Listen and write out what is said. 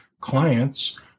clients